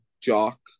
jock